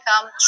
come